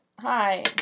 Hi